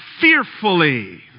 fearfully